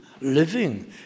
living